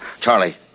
Charlie